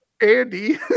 Andy